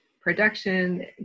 production